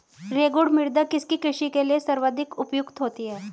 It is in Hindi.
रेगुड़ मृदा किसकी कृषि के लिए सर्वाधिक उपयुक्त होती है?